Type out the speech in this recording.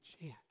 chance